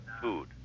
food